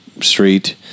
street